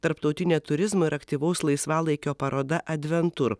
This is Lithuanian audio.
tarptautinė turizmo ir aktyvaus laisvalaikio paroda adventur